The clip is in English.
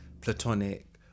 platonic